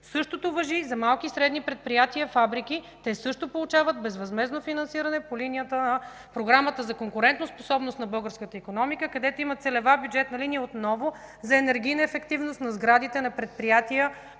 Същото важи и за малки и средни предприятия и фабрики. Те също получават безвъзмездно финансиране по линията на Програмата за конкурентоспособност на българската икономика, където отново има целева бюджетна линия за енергийна ефективност за сградите на предприятия,